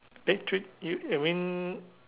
eh three you you mean